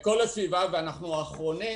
זה כל הסביבה ואנחנו האחרונים